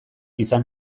izan